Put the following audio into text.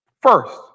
First